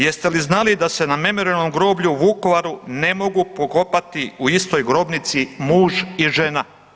Jeste li znali da se na Memorijalnom groblju u Vukovaru ne mogu pokopati u istoj grobnici muž i žena?